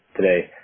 today